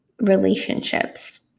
relationships